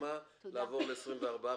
עבירה של הפרת קפידה זה 24 חודש?